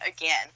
again